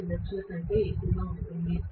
25 లక్షల కంటే ఎక్కువగా ఉంటుంది